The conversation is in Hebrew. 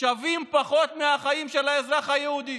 שווים פחות מהחיים של האזרח היהודי.